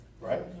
right